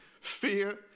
fear